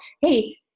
hey